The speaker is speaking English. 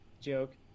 joke